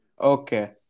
Okay